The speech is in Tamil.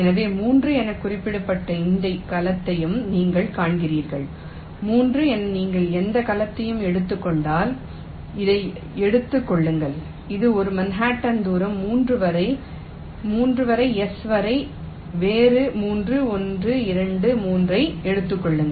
எனவே 3 எனக் குறிக்கப்பட்ட எந்த கலத்தையும் நீங்கள் காண்கிறீர்கள் 3 என நீங்கள் எந்த கலத்தையும் எடுத்துக் கொண்டால் இதை எடுத்துக் கொள்ளுங்கள் இது ஒரு மன்ஹாட்டன் தூரம் 3 வரை S வரை வேறு 3 1 2 3 ஐ எடுத்துக் கொள்ளும்